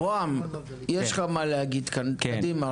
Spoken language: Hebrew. משרד ראש הממשלה יש לך מה להגיד כאן, קדימה.